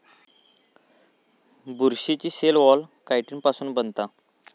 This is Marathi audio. बुरशीची सेल वॉल कायटिन पासुन बनता